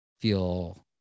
feel